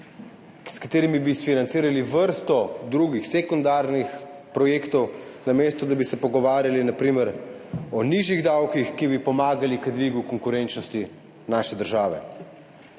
s katerimi bi sfinancirali vrsto drugih, sekundarnih projektov, namesto da bi se pogovarjali na primer o nižjih davkih, ki bi pomagali k dvigu konkurenčnosti naše države.